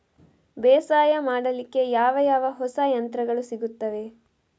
ಬೇಸಾಯ ಮಾಡಲಿಕ್ಕೆ ಯಾವ ಯಾವ ಹೊಸ ಯಂತ್ರಗಳು ಸಿಗುತ್ತವೆ?